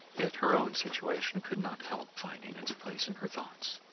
yet her own situation could not help finding its place in her thoughts.